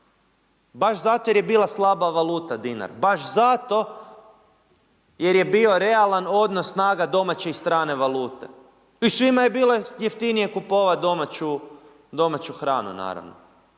Baš zato jer je bila slaba valuta dinar, baš zato jer je bio realan odnos snaga domaće i strane valute. I svima je bilo jeftinije kupovati domaću hranu naravno.